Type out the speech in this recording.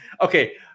Okay